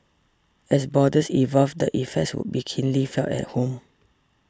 as borders evolve the effects would be keenly felt at home